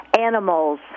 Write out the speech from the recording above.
animals